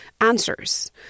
answers